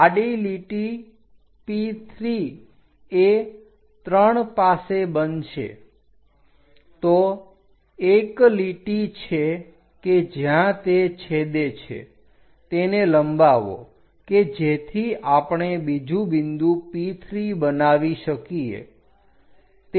આડી લીટી P3 એ 3 પાસે બનશે તો એક લીટી છે કે જ્યાં તે છેદે છે તેને લંબાવો કે જેથી આપણે બીજું બિંદુ P3 બનાવી શકીએ